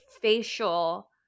facial